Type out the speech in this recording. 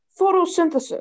photosynthesis